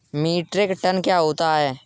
Metric ton क्या होता है?